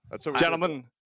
Gentlemen